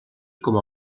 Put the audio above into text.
com